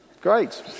Great